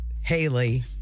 Haley